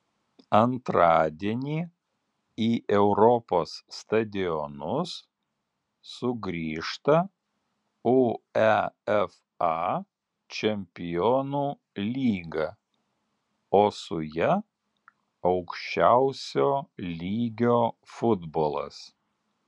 antradienį į europos stadionus sugrįžta uefa čempionų lyga o su ja aukščiausio lygio futbolas